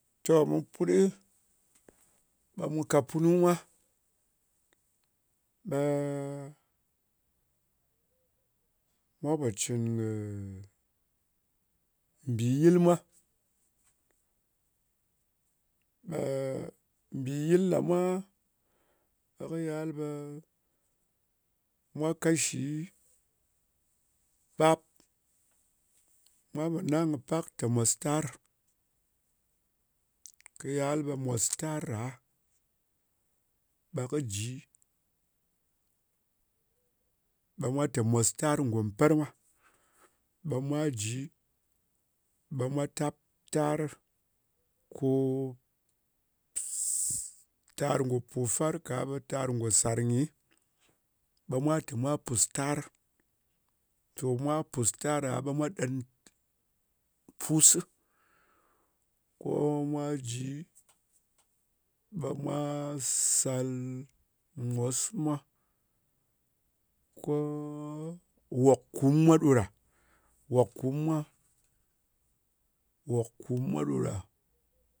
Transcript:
Toh, mun put, ɓa ma kat punu funu mwa, ɓa mwa pa cin kɨ bi yil mwa. Ba-a bi yil ɗaa mwa ɓa kɨ yal ɓa mwa kashi bap mwa pa nan kɨ pak ta mostar kiyal ɓa mostar ɗa, ba kɨji, ɓa mostar go amper mwa. Ba mwa ji, mnwa tap tar ko tar go pofar ka tar go sar ghi. ɓamwa ta pus tar. To mwa pus tar ɗa mwa ɗel pus ko mwa ji, ɓa mwa sal mos mwa ko wap kum mwa ɗoɗa wap kummwa wap kum mwa ɗoɗa.